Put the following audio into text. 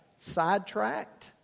sidetracked